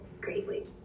greatly